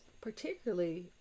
particularly